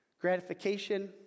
gratification